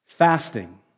Fasting